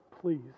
please